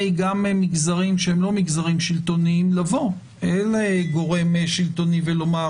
מגזרים שהם לא מגזרים שלטוניים לבוא לגורם שלטוני ולומר: